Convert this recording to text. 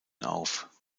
auf